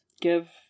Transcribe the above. Give